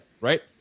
right